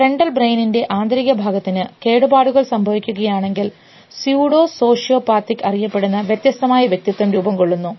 frontal ബ്രെയിനിൻറെ ആന്തരിക ഭാഗത്തിന് കേടുപാടുകൾ സംഭവിക്കുകയാണെങ്കിൽ സ്യൂഡോ സോഷ്യോ പാത്തിക് അറിയപ്പെടുന്ന വ്യത്യസ്തമായ വ്യക്തിത്വം രൂപംകൊള്ളുന്നു